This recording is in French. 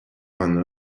vingt